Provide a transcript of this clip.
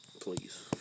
Please